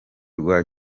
rwa